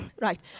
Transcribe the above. Right